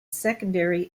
secondary